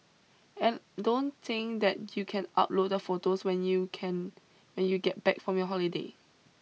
and don't think that you can upload the photos when you can when you get back from your holiday